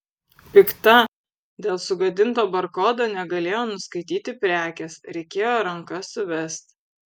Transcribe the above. pikta dėl sugadinto barkodo negalėjo nuskaityti prekės reikėjo ranka suvest